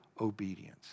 obedience